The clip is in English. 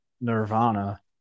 Nirvana